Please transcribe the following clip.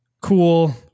cool